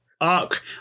arc